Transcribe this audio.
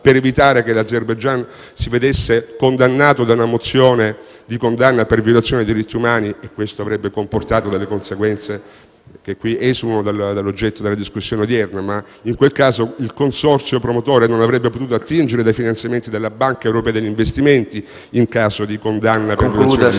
per evitare che l'Azerbaijan ricevesse una mozione di condanna per violazione dei diritti umani e questo avrebbe comportato delle conseguenze che esulano dall'oggetto della discussione odierna, in quel caso però il consorzio promotore non avrebbe potuto attingere dai finanziamenti della Banca europea per gli investimenti in caso di condanna per violazione dei diritti umani.